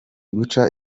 guca